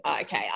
okay